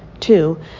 Two